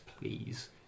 Please